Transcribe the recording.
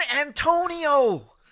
Antonio